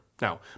Now